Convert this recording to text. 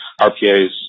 RPA's